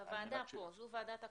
-- בוועדה פה.